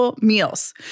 meals